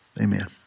Amen